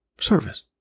service